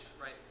right